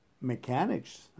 mechanics